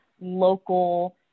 local